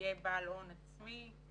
שיהיה בעל הון עצמי,